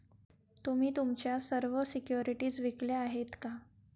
तुम्ही तुमच्या सर्व सिक्युरिटीज विकल्या आहेत का?